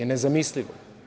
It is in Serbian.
Nezamislivo.